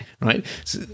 Right